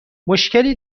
مشکلی